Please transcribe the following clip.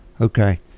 Okay